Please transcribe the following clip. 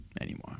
anymore